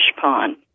pond